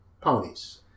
ponies